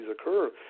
occur